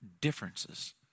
differences